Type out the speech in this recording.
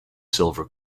silver